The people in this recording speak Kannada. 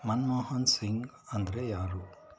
ಮನ್ಮೋಹನ್ಸಿಂಗ್ ಅಂದರೆ ಯಾರು